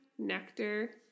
Nectar